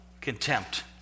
Contempt